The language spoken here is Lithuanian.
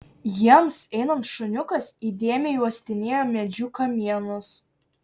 jiems einant šuniukas įdėmiai uostinėjo medžių kamienus